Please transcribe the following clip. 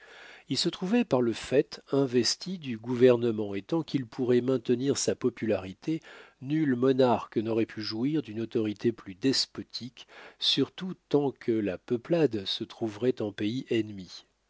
il se trouvait par le fait investi du gouvernement et tant qu'il pourrait maintenir sa popularité nul monarque n'aurait pu jouir d'une autorité plus despotique surtout tant que la peuplade se trouverait en pays ennemi